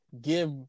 give